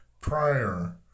prior